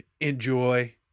Enjoy